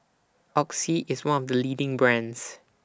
Oxy IS one of The leading brands